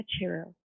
material